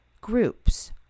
groups